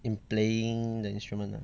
in playing the instrument ah